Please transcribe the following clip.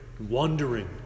Wandering